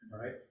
Right